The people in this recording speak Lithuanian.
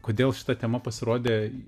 kodėl šita tema pasirodė